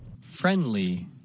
Friendly